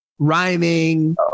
rhyming